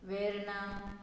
Verna